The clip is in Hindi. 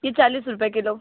ये चालीस रुपये किलो